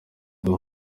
uyu